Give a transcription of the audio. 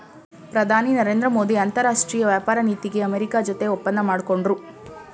ಪ್ರಧಾನಿ ನರೇಂದ್ರ ಮೋದಿ ಅಂತರಾಷ್ಟ್ರೀಯ ವ್ಯಾಪಾರ ನೀತಿಗೆ ಅಮೆರಿಕ ಜೊತೆ ಒಪ್ಪಂದ ಮಾಡ್ಕೊಂಡ್ರು